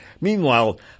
Meanwhile